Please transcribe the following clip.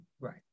Right